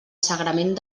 sagrament